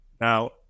Now